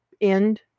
end